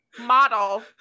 model